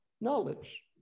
knowledge